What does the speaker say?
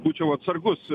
būčiau atsargus